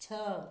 छः